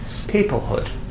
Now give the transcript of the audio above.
peoplehood